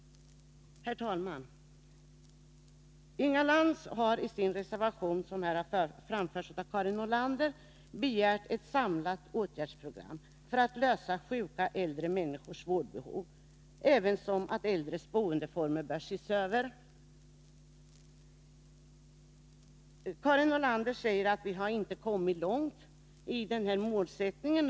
Herr talman! Inga Lantz har i sin reservation, som Karin Nordlander har talat för, begärt ett samlat åtgärdsprogram för att tillgodose sjuka äldre människors vårdbehov ävensom att äldres boendeformer bör ses över. Karin Nordlander säger att vi inte kommit långt i den här målsättningen.